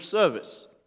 service